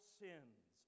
sins